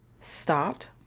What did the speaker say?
stopped